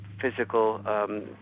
physical